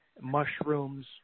mushrooms